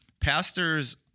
pastors